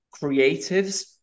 creatives